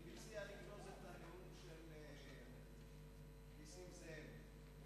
אני מציע לגנוז את הנאום של נסים זאב.